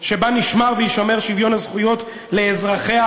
שבה נשמר ויישמר שוויון הזכויות לאזרחיה.